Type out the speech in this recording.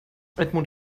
edmund